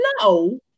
no